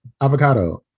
avocado